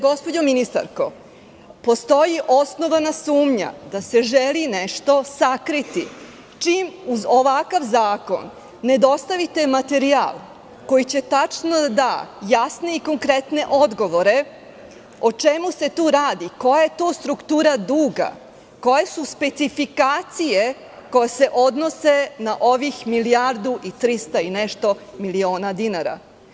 Postoji osnovana sumnja da se nešto želi sakriti, čim uz ovakav zakon ne dostavite materijal koji će tačno da dâ jasne i konkretne odgovore o čemu se tu radi, koja je to struktura duga, koje su specifikacije koje se odnose na ovih milijardu i 300 i nešto miliona dinara?